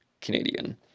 Canadian